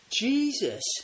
Jesus